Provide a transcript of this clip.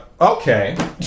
Okay